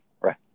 right